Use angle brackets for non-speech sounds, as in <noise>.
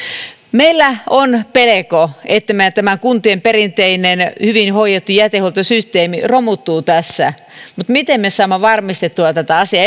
meillä on pelko että tämä kuntien perinteinen hyvin hoidettu jätehuoltosysteemi romuttuu tässä mutta miten me saamme varmistettua tätä asiaa <unintelligible>